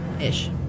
ish